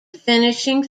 finishing